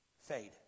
fade